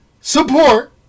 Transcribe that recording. support